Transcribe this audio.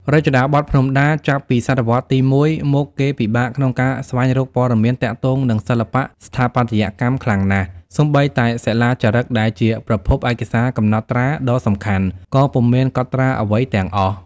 រចនាបថភ្នំដា ចាប់ពីសតវត្សទី ១ មកគេពិបាកក្នុងការស្វែងរក ព័ត៌មានទាក់ទងនឹងសិល្បៈស្ថាបត្យកម្មខ្លាំងណាស់ សូម្បីតែសិលាចារឹកដែលជាប្រភព ឯកសារកំណត់ត្រាដ៏សំខាន់ ក៏ពុំមានកត់ត្រាអ្វីទាំងអស់។